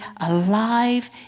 alive